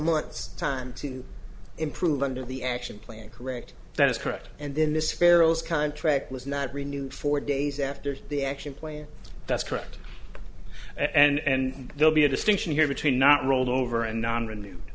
months time to improve under the action plan correct that is correct and then this ferals contract was not renewed four days after the action plan that's correct and they'll be a distinction here between not rolled over and non renewed